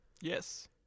Yes